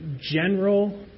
general